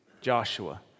Joshua